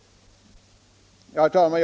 Herr talman!